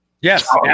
yes